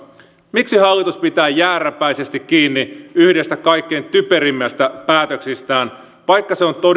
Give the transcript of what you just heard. miksi hallitus pitää jääräpäisesti kiinni yhdestä kaikkein typerimmistä päätöksistään vaikka se on